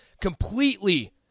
completely